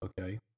okay